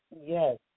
Yes